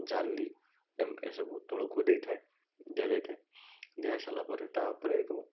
ଜାଲି ଏମ ଏ ସବୁ ତଳକୁ ଦେଇ ଥାଏ ଦିଆଯାଇ ଥାଏ ଦିଆ ହେଇସାରିଲା ପରେ ତା ଉପରେ ଏକ